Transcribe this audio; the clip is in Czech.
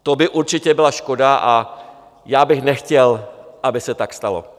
To by určitě byla škoda a já bych nechtěl, aby se tak stalo.